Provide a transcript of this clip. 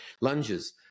lunges